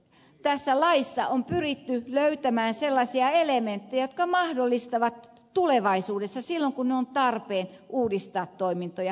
tässä laissa on pyritty löytämään sellaisia elementtejä jotka mahdollistavat tulevaisuudessa silloin kun on tarpeen uudistaa toimintoja